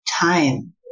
time